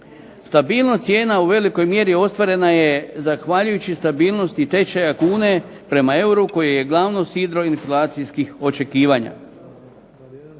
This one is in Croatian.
Stabilnost cijena u velikoj mjeri ostvarena je zahvaljujući stabilnosti tečaja kune prema euru koji je glavno sidro inflacijskih očekivanja.